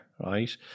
right